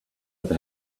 have